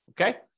Okay